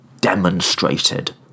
demonstrated